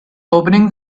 opening